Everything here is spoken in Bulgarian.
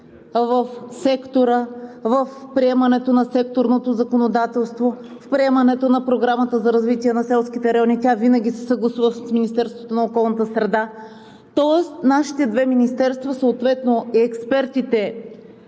в сектора, в приемането на секторното законодателство, в приемането на Програмата за развитие на селските райони, тя винаги се съгласува с Министерството на околната среда. Тоест нашите две министерства, съответно и експертите